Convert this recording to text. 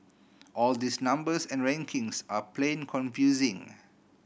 all these numbers and rankings are plain confusing